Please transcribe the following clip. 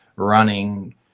running